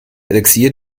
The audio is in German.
elixier